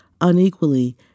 unequally